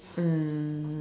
um